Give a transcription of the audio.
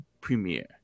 premiere